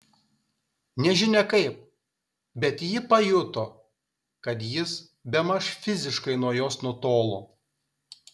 nežinia kaip bet ji pajuto kad jis bemaž fiziškai nuo jos nutolo